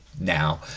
now